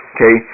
Okay